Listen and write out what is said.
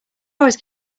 always